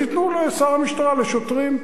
תיתנו לשר המשטרה לשוטרים.